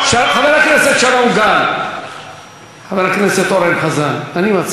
חבר הכנסת אורן חזן, אני רוצה להגיד לך משהו.